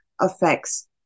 affects